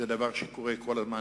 זה דבר שקורה כל הזמן,